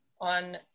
on